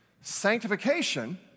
Sanctification